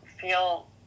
feel